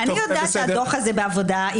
אני יודעת שהדוח הזה בעבודה-